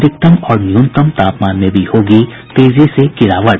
अधिकतम और न्यूनतम तापमान में भी होगी तेजी से गिरावट